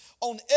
on